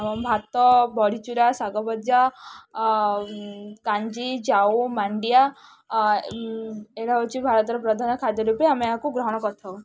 ଆମ ଭାତ ବଡ଼ିଚୁରା ଶାଗଭଜା କାଞ୍ଜି ଜାଉ ମାଣ୍ଡିଆ ଏଇଟା ହେଉଛି ଭାରତର ପ୍ରଧାନ ଖାଦ୍ୟ ରୂପେ ଆମେ ଏହାକୁ ଗ୍ରହଣ କରିଥାଉ